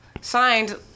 signed